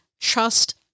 trust